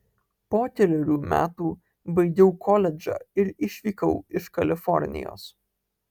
po kelerių metų baigiau koledžą ir išvykau iš kalifornijos